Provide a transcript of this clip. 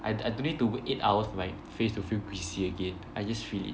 I I don't need to wait eight hours for my face to feel greasy again I just really